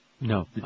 No